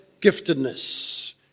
giftedness